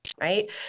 right